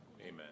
Amen